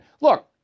Look